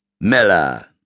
Miller